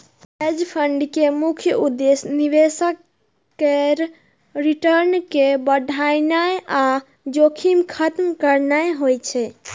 hedge fund के मुख्य उद्देश्य निवेशक केर रिटर्न कें बढ़ेनाइ आ जोखिम खत्म करनाइ होइ छै